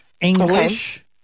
English